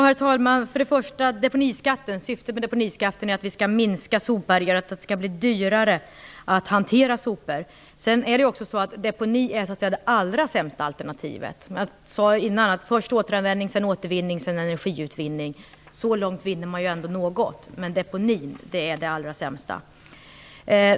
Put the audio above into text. Herr talman! Syftet med deponiskatten är att vi skall minska sopberget och att det skall bli dyrare att hanterar sopor. Deponi är dock det allra sämsta alternativet. Först kommer återanvändning, sedan återvinning och sedan energiutvinning. Så långt vinner man ju ändå något. Deponi är det allra sämsta.